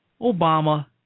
Obama